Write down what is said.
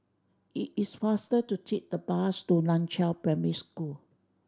it is faster to take the bus to Nan Chiau Primary School